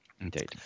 Indeed